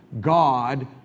God